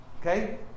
Okay